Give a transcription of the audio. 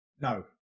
No